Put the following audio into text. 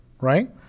right